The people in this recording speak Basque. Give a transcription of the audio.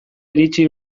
iritsi